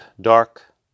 dark